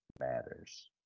matters